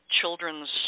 Children's